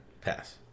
Pass